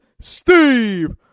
Steve